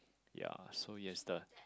ya so he has the